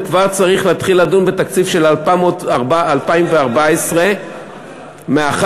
וכבר צריך להתחיל לדון בתקציב של 2014. מה קרה?